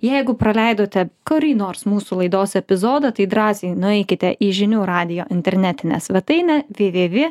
jeigu praleidote kurį nors mūsų laidos epizodą tai drąsiai nueikite į žinių radijo internetinę svetainę vė vė vė